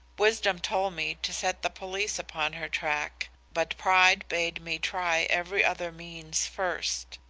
wisdom told me to set the police upon her track, but pride bade me try every other means first.